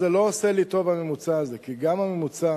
זה לא עושה לי טוב, הממוצע הזה, כי גם הממוצע